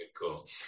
Cool